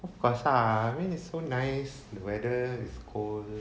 of course lah I mean it's so nice the weather is cold